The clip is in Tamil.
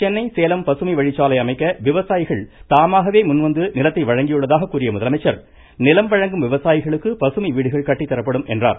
சென்னை சேலம் பசுமை வழிச்சாலை அமைக்க விவசாயிகள் தாமாகவே முன்வந்து நிலத்தை வழங்கியுள்ளதாக கூறிய முதலமைச்சர் நிலம் வழங்கும் விவசாயிகளுக்கு பசுமை வீடுகள் கட்டித்தரப்படும் என்றார்